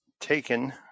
taken